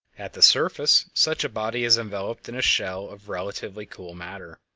at the surface such a body is enveloped in a shell of relatively cool matter.